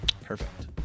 perfect